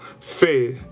fair